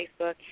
Facebook